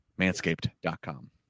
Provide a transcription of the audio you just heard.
Manscaped.com